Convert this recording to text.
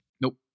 Nope